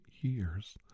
years